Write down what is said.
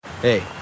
hey